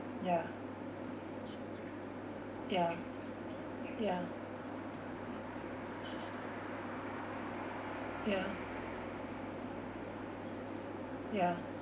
ya ya ya ya ya